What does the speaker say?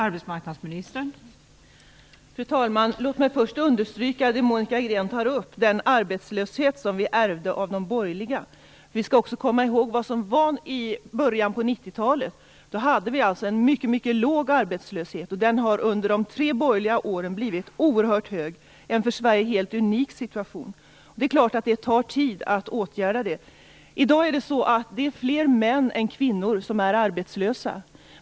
Fru talman! Låt mig först understryka det Monica Green tar upp - den arbetslöshet vi ärvde av de borgerliga. Vi skall också komma ihåg hur det var i början av 90-talet. Då hade vi en mycket låg arbetslöshet, men den blev under de tre borgerliga åren blivit oerhört hög. Detta är en för Sverige helt unik situation. Självfallet tar det tid att åtgärda detta. I dag är det fler män än kvinnor som är arbetslösa.